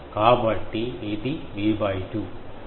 కాబట్టి ఇది V 2